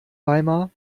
weimar